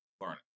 learning